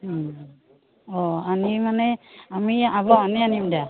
অঁ আমি মানে আমি আব আমি আনিম দিয়া